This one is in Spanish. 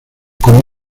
con